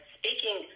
speaking